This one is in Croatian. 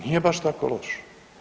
Nije baš tako loš.